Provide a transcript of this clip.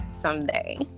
someday